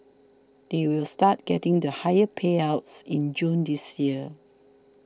they will start getting the higher payouts in June this year